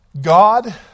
God